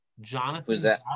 Jonathan